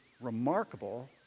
remarkable